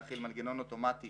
להחיל מנגנון אוטומטי